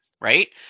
right